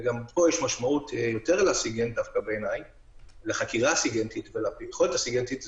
ובו יש יותר משמעות לחקירה סיגינטית ויכולת סיגינטית,